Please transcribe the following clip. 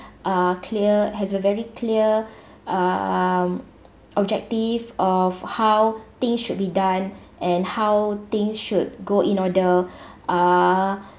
uh clear has a very clear um objective of how things should be done and how things should go in order uh